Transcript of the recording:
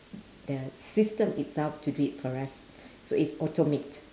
the system itself to do it for us so it's automate